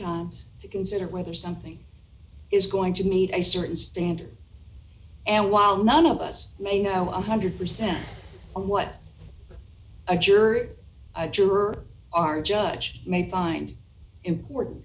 times to consider whether something is going to meet a certain standard and while none of us may know one hundred percent on what a jury or a juror are judge may find important